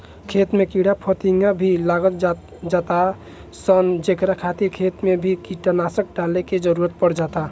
खेत में कीड़ा फतिंगा भी लाग जातार सन जेकरा खातिर खेत मे भी कीटनाशक डाले के जरुरत पड़ जाता